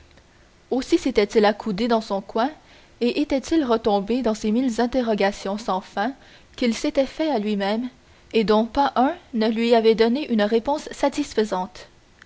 aussi s'était-il accoudé dans son coin et était-il retombé dans ces mille interrogatoires sans fin qu'il s'était faits à lui-même et dont pas un ne lui avait donné une réponse satisfaisante